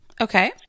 Okay